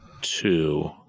Two